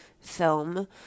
film